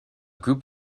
group